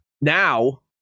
Now